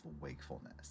wakefulness